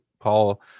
Paul